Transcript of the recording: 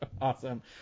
Awesome